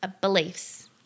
beliefs